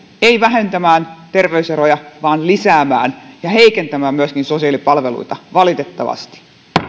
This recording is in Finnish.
ei vähentämään terveyseroja vaan lisäämään ja heikentämään myöskin sosiaalipalveluita valitettavasti